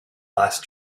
last